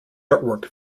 artwork